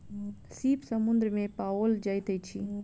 सीप समुद्र में पाओल जाइत अछि